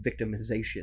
victimization